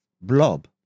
blob